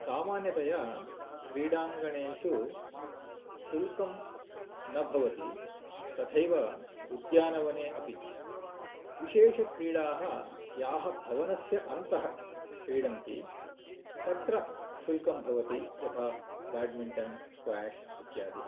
सामान्यतया क्रीडाङ्गणेषु शुल्कं न भवति तथैव उद्यानवने अपि विशेषक्रीडाः याः भवनस्य अन्तः क्रीडन्ति तत्र शुल्कं भवति यथा बेडमिन्टन् स्क्वेश् इत्यादि